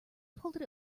pulled